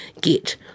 get